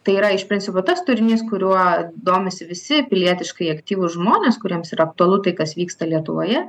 tai yra iš principo tas turinys kuriuo domisi visi pilietiškai aktyvūs žmonės kuriems yra aktualu tai kas vyksta lietuvoje